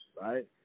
Right